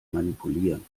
manipulieren